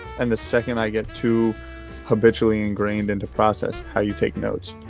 and the second i get to habitually ingrained into process, how you take notes,